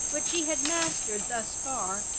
which she had mastered thus far,